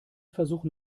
versuchen